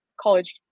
college